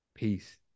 Peace